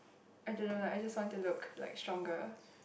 I don't know lah I just want to look like stronger